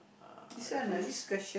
uh I just